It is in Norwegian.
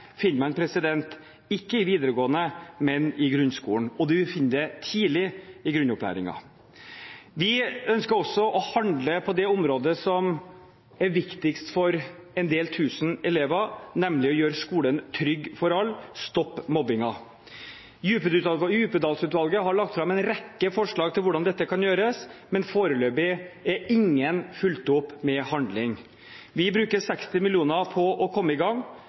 ikke i videregående, men i grunnskolen, og en vil finne det tidlig i grunnopplæringen. Vi ønsker også å handle på det området som er viktigst for en del tusen elever, nemlig å gjøre skolen trygg for alle: Stopp mobbingen! Djupedal-utvalget har lagt fram en rekke forslag til hvordan dette kan gjøres, men foreløpig er ingen fulgt opp med handling. Vi bruker 60 mill. kr på å komme i gang.